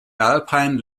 alpine